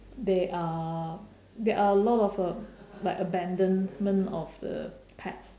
there are there are a lot of uh like abandonment of the pets